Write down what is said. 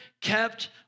kept